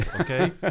okay